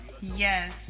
Yes